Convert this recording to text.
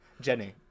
Jenny